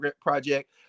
Project